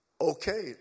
okay